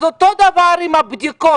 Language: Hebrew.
אז אותו דבר עם הבדיקות.